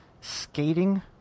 skating